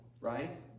right